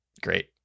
Great